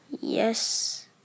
Yes